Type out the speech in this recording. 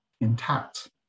intact